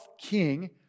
king